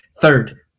third